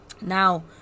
Now